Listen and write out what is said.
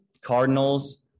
Cardinals